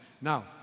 Now